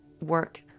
work